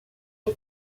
est